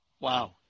Wow